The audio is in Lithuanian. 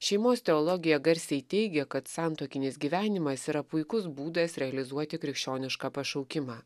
šeimos teologija garsiai teigia kad santuokinis gyvenimas yra puikus būdas realizuoti krikščionišką pašaukimą